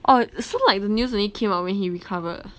oh so like the news only came up when he recovered